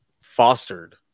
fostered